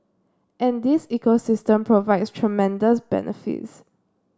and this ecosystem provides tremendous benefits